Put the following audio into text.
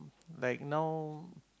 right now